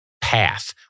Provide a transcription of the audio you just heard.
path